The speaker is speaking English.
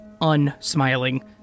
unsmiling